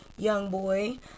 Youngboy